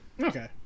Okay